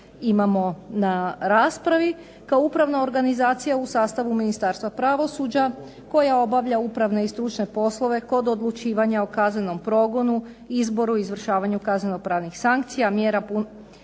imamo na raspravi kao upravna organizacija u sastavu Ministarstva pravosuđa koja obavlja upravne i stručne poslove kod odlučivanja o kaznenom progonu, izboru, izvršavanju kazneno-pravnih sankcija, mjera